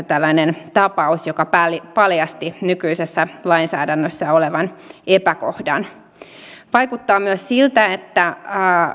tällainen tapaus joka paljasti nykyisessä lainsäädännössä olevan epäkohdan vaikuttaa myös siltä että